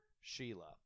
Sheila